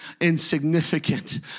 insignificant